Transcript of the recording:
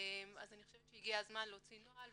אז אני חושבת שהגיע הזמן להוציא נוהל,